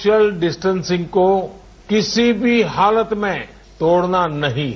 social distancing को किसी भी हालत में तोड़ना नहीं है